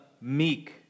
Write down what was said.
meek